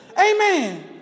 Amen